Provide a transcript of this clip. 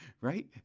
right